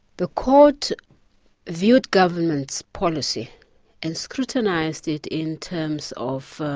the court viewed government's policy and scrutinised it in terms of